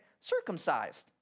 circumcised